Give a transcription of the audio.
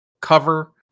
cover